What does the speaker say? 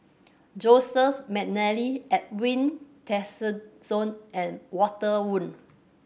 Joseph McNally Edwin Tessensohn and Walter Woon